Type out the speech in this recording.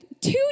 two